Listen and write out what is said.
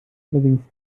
allerdings